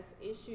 issues